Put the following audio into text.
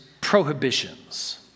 prohibitions